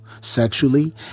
sexually